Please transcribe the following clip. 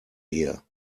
here